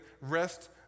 rest